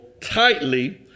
tightly